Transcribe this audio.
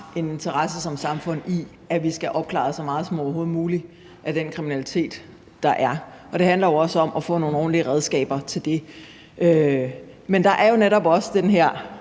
en interesse i, at vi skal have opklaret så meget som overhovedet muligt af den kriminalitet, der er, og at det jo også handler om at få nogle ordentlige redskaber til det. Men der er jo netop også den her